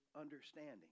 understanding